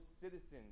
citizens